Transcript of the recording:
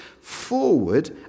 forward